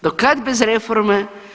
Do kad bez reforme?